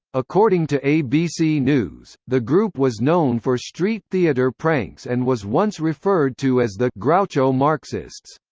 according to abc news, the group was known for street theater pranks and was once referred to as the groucho marxists.